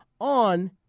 on